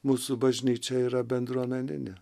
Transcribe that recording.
mūsų bažnyčia yra bendruomeninė